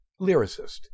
lyricist